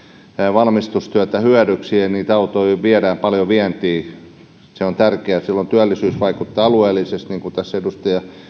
valmistustyötä hyödyksi ja niitä autoja viedään paljon vientiin se on tärkeää silloin työllisyys vaikuttaa alueellisesti niin kuin tässä edustaja